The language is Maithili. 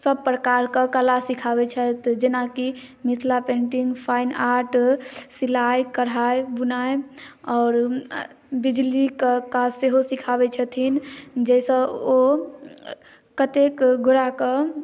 सब प्रकार के कला सिखाबै छथि जेनाकी मिथिला पेन्टिंग फाइन आर्ट सिलाइ कढ़ाइ बुनाइ आओर बिजली के काज सेहो सिखाबै छथिन जाहिसँ ओ कतेक गोटे के